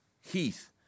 heath